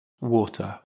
water